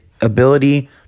ability